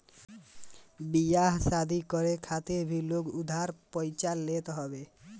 बियाह शादी करे खातिर भी लोग उधार पइचा लेत हवे